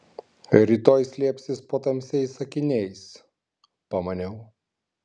rytoj slėpsis po tamsiais akiniais pamaniau